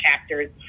chapters